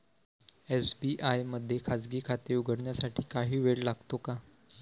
SBI मध्ये खाजगी खाते उघडण्यासाठी काही वेळ लागतो का?